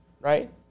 right